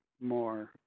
more